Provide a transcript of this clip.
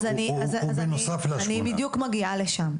הוא בנוסף --- אז אני בדיוק מגיעה לשם.